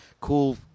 cool